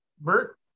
Bert